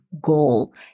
goal